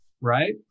right